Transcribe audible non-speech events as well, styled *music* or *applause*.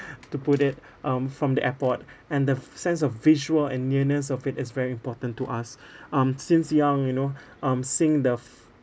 *breath* to put it *breath* um from the airport *breath* and the sense of visual and nearness of it is very important to us *breath* um since young you know *breath* um seen the